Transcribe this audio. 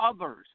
others